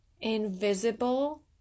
invisible